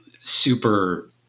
super